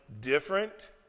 different